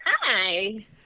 Hi